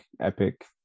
epic